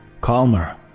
calmer